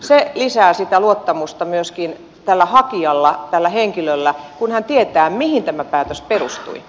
se lisää luottamusta myöskin tällä hakijalla tällä henkilöllä kun hän tietää mihin tämä päätös perustui